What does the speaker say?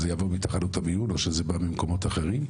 זה יבוא מתחנות המיון או שזה בא ממקומות אחרים?